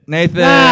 Nathan